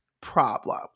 problem